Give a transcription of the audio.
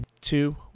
two